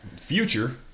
Future